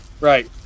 Right